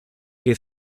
que